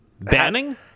Banning